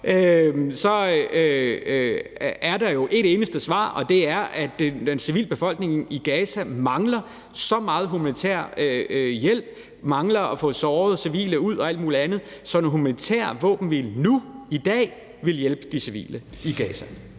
så er der jo et eneste svar på det, og det er, at den civile befolkning i Gaza mangler så meget humanitær hjælp og mangler at få sårede og civile ud og alt mulig andet, at en humanitær våbenhvile nu i dag ville hjælpe de civile i Gaza.